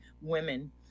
women